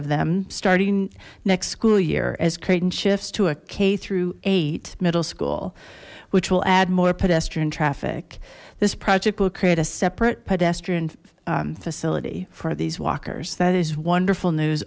of them starting next school year as creighton shifts to a k through eight middle school which will add more pedestrian traffic this project will create a separate pedestrian facility for these walkers that is wonderful